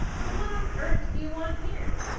but what on earth do you want here?